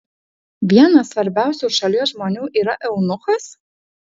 vienas svarbiausių šalies žmonių yra eunuchas